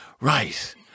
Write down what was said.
right